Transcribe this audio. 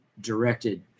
directed